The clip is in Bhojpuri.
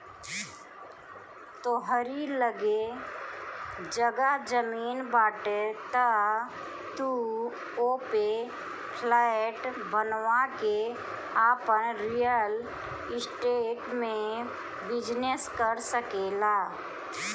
तोहरी लगे जगह जमीन बाटे तअ तू ओपे फ्लैट बनवा के आपन रियल स्टेट में बिजनेस कर सकेला